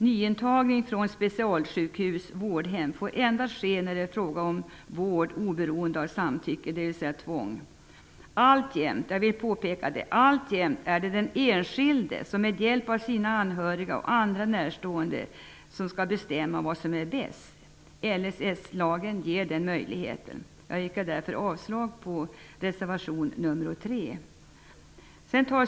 Nyintagning till specialsjukhus/vårdhem får endast ske när det är fråga om ''vård oberoende av samtycke'', dvs. tvång. Alltjämt är det den enskilde som med hjälp av sina anhöriga och andra närstående skall bestämma vad som är bäst. LSS ger den möjligheten. Jag yrkar därför avslag på reservation nr 3.